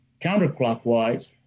counterclockwise